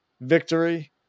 victory